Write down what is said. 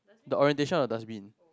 the orientation of dustbin